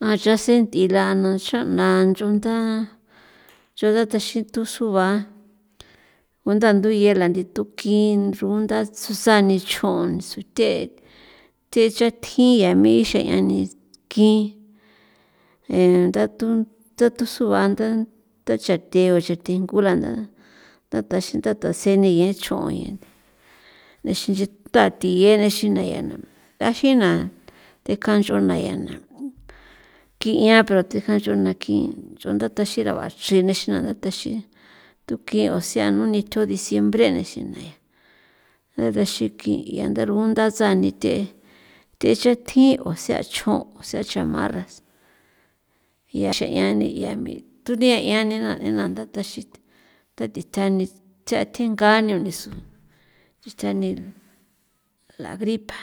A chan sent'ila a na xaꞌna chunda chunda taxin tusuaba utandui ela utukin inrunda tsusa ni chjon sutheꞌe thi yatjin mi ya xeꞌan ni kin endato ndatusuan nda tachathe undaxan thingo rana ndataxin ndatha eni geꞌen chjon nexin nchi taꞌa tiye nexina na tajina tekjanxion na ya na kinꞌa pero thejan chon na̱ kin chunda taxin naraba xinexin na ba thi tukin osea unitjao diciembre rengi urexin kin urugunda tsani the thechathjin sea chjon sea chamarras ya xean ni ya mi turean ni nanda taxiꞌin tathita ni cha thjinga niso thitjani la gripa